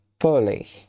fully